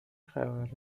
خبره